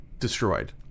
destroyed